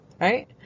Right